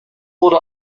wurde